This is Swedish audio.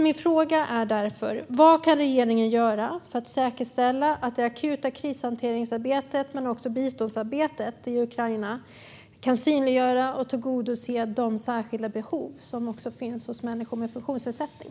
Min fråga är därför: Vad kan regeringen göra för att säkerställa att man i det akuta krishanteringsarbetet, men också biståndsarbetet, i Ukraina synliggör och tillgodoser de särskilda behov som finns hos människor med funktionsnedsättning?